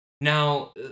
Now